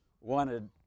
wanted